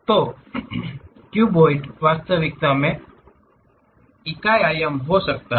तो क्यूबॉइड वास्तविकता में इकाई आयाम हो सकता है